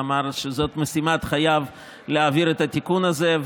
ואמר שזאת משימת חייו להעביר את התיקון הזה,